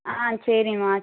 ஆ சரிம்மா